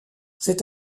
c’est